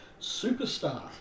Superstar